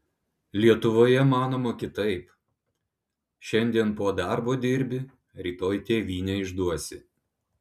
lietuvoje manoma kitaip šiandien po darbo dirbi rytoj tėvynę išduosi